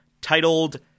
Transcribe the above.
titled